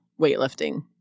weightlifting